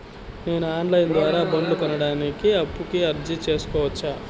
నేను online ద్వారా బండ్లు కొనడానికి అప్పుకి అర్జీ సేసుకోవచ్చా?